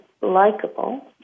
likable